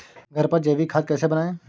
घर पर जैविक खाद कैसे बनाएँ?